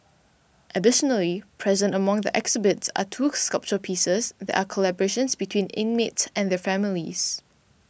additionally present among the exhibits are two sculpture pieces that are collaborations between inmates and their families